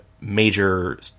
major